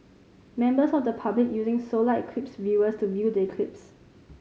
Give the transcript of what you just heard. members of the public using solar eclipse viewers to view the eclipse